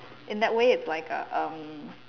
in that way it's like a um